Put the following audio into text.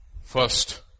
First